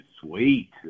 sweet